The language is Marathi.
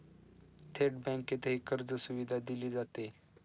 थेट बँकेतही कर्जसुविधा दिली जाते